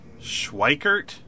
Schweikert